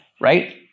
right